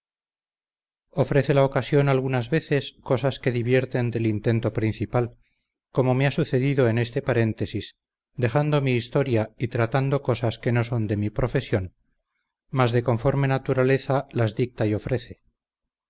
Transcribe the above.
ofrece la ocasión algunas veces cosas que divierten del intento principal como me ha sucedido en este paréntesis dejando mi historia y tratando cosas que no son de mi profesión mas de conforme naturaleza las dicta y ofrece